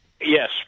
Yes